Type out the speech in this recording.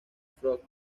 frost